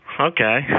Okay